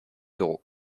d’euros